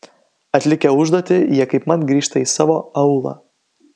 atlikę užduotį jie kaipmat grįžta į savo aūlą